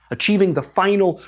achieving the final,